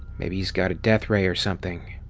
maybe he's got a death ray or something.